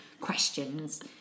questions